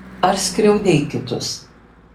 ar skriaudei kitus